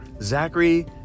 Zachary